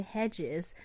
Hedges